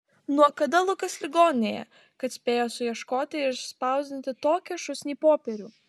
nuo kada lukas ligoninėje kad spėjo suieškoti ir išspausdinti tokią šūsnį popierių